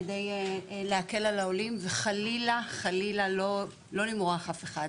כדי להקל על העולים וחלילה לא למרוח אף אחד,